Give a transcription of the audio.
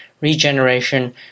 regeneration